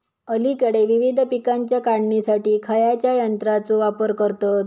अलीकडे विविध पीकांच्या काढणीसाठी खयाच्या यंत्राचो वापर करतत?